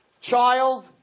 child